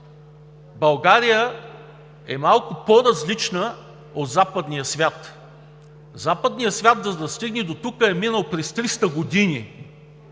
България е малко по-различна от западния свят. Западният свят, за да стигне дотук е минал през 300 години.